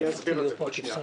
אסביר את זה.